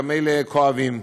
גם אלה כואבים.